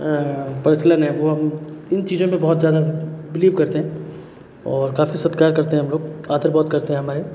प्रचलन है वो हम इन चीज़ों मैं बहुत ज़्यादा बिलीव करते हैं और काफ़ी सत्कार करते हैं हम लोग आदर बहुत करते हैं हमारे